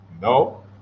no